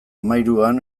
hamahiruan